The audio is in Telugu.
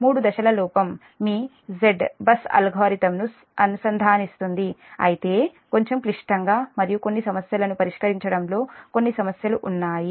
మూడు దశల లోపం మీ Z బస్ అల్గోరిథంను అనుసంధానిస్తుంది అయితే కొంచెం క్లిష్టంగా మరియు కొన్ని సమస్యలను పరిష్కరించడంలో కొన్ని సమస్యలు ఉన్నాయి